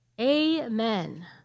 Amen